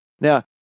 Now